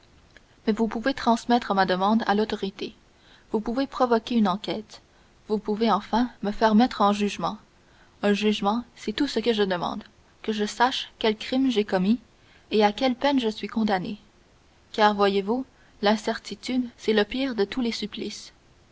mais vous pouvez transmettre ma demande à l'autorité vous pouvez provoquer une enquête vous pouvez enfin me faire mettre en jugement un jugement c'est tout ce que je demande que je sache quel crime j'ai commis et à quelle peine je suis condamné car voyez-vous l'incertitude c'est le pire de tous les supplices